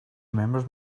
remembers